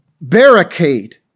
barricade